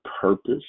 purpose